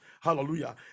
Hallelujah